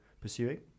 pursuing